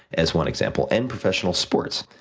as one example, and professional sports.